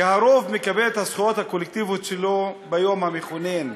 כי הרוב מקבל את הזכויות הקולקטיביות שלו ביום המכונן,